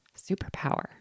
superpower